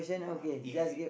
nah if it